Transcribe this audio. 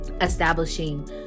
establishing